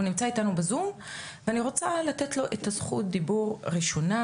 הוא נמצא איתנו בזום ואני רוצה לתת לו את זכות הדיבור הראשונה,